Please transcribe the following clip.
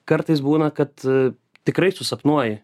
kartais būna kad tikrai susapnuoji